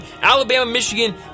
Alabama-Michigan